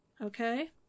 okay